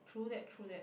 true that true that